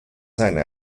seine